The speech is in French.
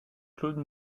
claude